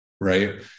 right